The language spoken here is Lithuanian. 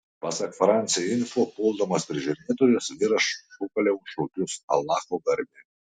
pasak france info puldamas prižiūrėtojus vyras šūkaliojo šūkius alacho garbei